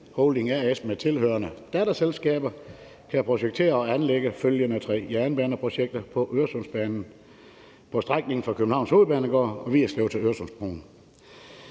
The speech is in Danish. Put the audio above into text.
Holding A/S med tilhørende datterselskaber kan projektere og anlægge følgende tre jernbaneprojekter på Øresundsbanen på strækningen fra Københavns Hovedbanegård og Vigerslev til Øresundsbroen: